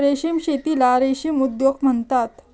रेशीम शेतीला रेशीम उद्योग म्हणतात